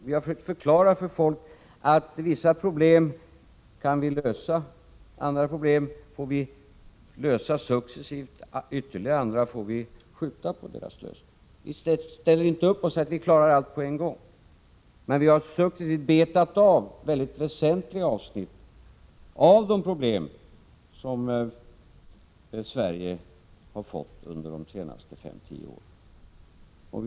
Vi har försökt förklara för folk att vi kan lösa vissa problem, att vi får lösa andra problem successivt och att vi får uppskjuta lösningen av ytterligare andra problem. Vi säger inte att vi klarar allt på en gång, men vi har successivt betat av mycket väsentliga avsnitt av de problem som Sverige har fått under de senaste fem tio åren.